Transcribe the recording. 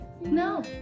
No